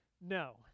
No